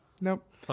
nope